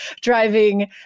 driving